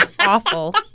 awful